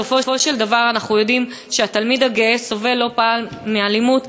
בסופו של דבר אנחנו יודעים שהתלמיד הגאה סובל לא פעם מאלימות,